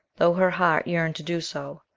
though her heart yearned to do so.